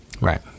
Right